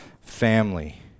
family